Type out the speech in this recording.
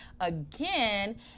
Again